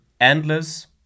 endless